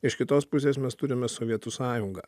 iš kitos pusės mes turime sovietų sąjungą